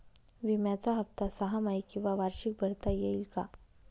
विम्याचा हफ्ता सहामाही किंवा वार्षिक भरता येईल का?